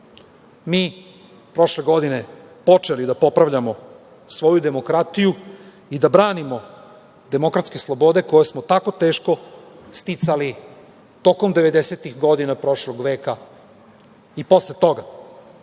mi prošle godine počeli da popravljamo svoju demokratiju i da branimo demokratske slobode koje smo tako teško sticali tokom devedesetih godina prošlog veka i posle